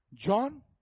John